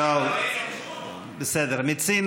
בסדר, מיצינו.